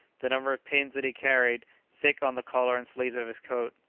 the number of pins that he carried thick on the collar and sleeves of his coat,